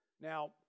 Now